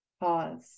pause